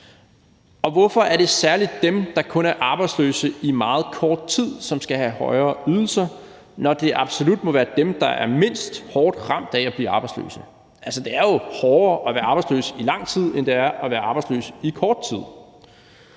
Og hvorfor er det særlig dem, der kun er arbejdsløse i meget kort tid, som skal have højere ydelser, når det absolut må være dem, der er mindst hårdt ramt af at blive arbejdsløse? Altså, det er jo hårdere at være arbejdsløs i lang tid, end det er at være arbejdsløs i kort tid.